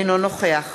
אינו נוכח